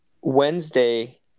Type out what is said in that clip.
wednesday